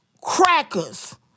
crackers